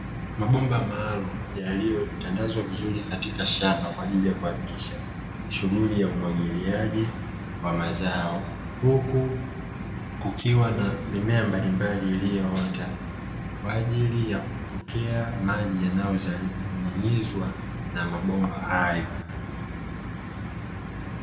Mabomba maalumu yaliyotandazwa vizuri katika shamba kwa ajili ya kuhakikisha shughuli ya umwagiliaji wa mazao, huku kukiwa na mimea mbalimbali iliyoota kwa ajili ya kupokea maji ya kuyonyunyizwa na mabomba hayo.